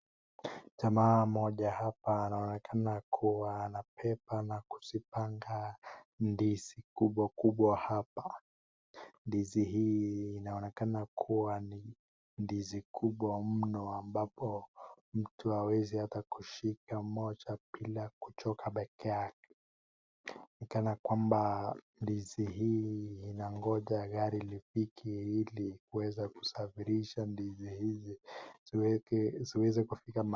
Jamaa moja hapa anaonekana kuwa anabeba nakuzipanga ndizi mkubwa kubwa hapa. Ndizi hii inaonekana kuwa ni ndizi kubwa mno ambapo mtu hawezi hata kushika moja mbila kuchoka pekeyake. Inaonekana kwamba ndizi hii inangoja gari lifike ilikuweza kushafirishwa ndizi hizi ziweze kufika mahali